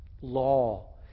Law